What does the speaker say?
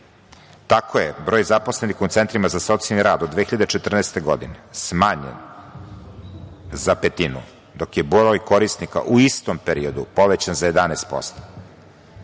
Tako je broj zaposlenih u centrima za socijalni rad od 2014. godine smanjen za petinu, dok je broj korisnika u istom periodu povećan za 11%.